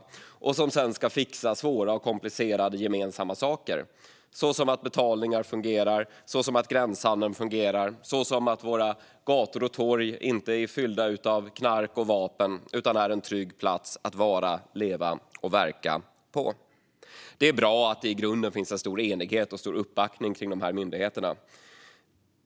Dessa myndigheter ska sedan fixa svåra och komplicerade gemensamma saker, såsom att betalningar fungerar, att gränshandeln fungerar och att våra gator och torg inte är fyllda av knark och vapen utan är trygga platser att vara, leva och verka på. Det är bra att det i grunden finns en stor enighet och en stor uppbackning kring dessa myndigheter.